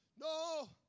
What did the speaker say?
No